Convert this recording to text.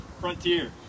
frontier